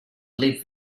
live